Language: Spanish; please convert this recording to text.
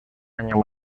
año